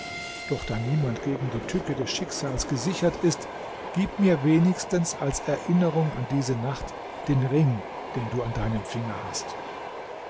doch da niemand gegen die tücke des schicksals gesichert ist gib mir wenigstens als erinnerung an diese nacht den ring den du an deinem finger hast